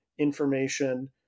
information